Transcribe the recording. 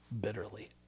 bitterly